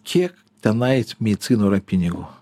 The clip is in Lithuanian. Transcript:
kiek tenais medicinoj yra pinigų